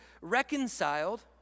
reconciled